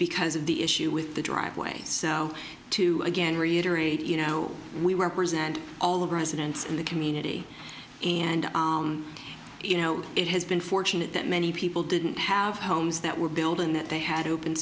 because of the issue with the driveway so to again reiterate you know we represent all of our residents in the community and you know it has been fortunate that many people didn't have homes that were building that they had open